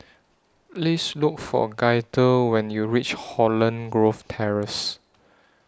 Please Look For Gaither when YOU REACH Holland Grove Terrace